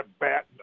bat